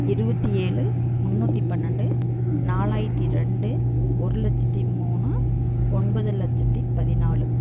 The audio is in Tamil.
இருபத்தி ஏழு முன்னூற்றி பன்னெண்டு நாலாயிரத்து ரெண்டு ஒரு லட்சத்து மூணு ஒன்பது லட்சத்து பதினாலு